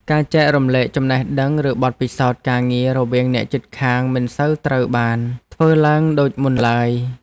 ការចែករំលែកចំណេះដឹង ឬបទពិសោធន៍ការងាររវាងអ្នកជិតខាងមិនសូវត្រូវបានធ្វើឡើងដូចមុនឡើយ។